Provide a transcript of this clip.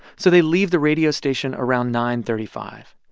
so they leave the radio station around nine thirty five.